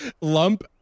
lump